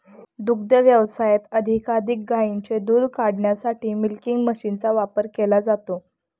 दुग्ध व्यवसायात अधिकाधिक गायींचे दूध काढण्यासाठी मिल्किंग मशीनचा वापर केला जातो